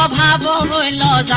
um la la la